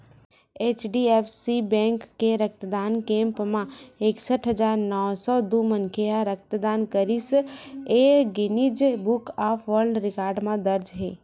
HDFC bank के रक्तदान camp म एकसट हजार नव सौ दू मनखे ह रक्तदान करिस ए ह Guinness Book of World Record म दर्ज हे